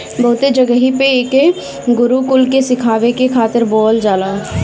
बहुते जगही पे एके गोरु कुल के खियावे खातिर बोअल जाला